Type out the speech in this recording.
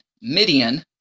Midian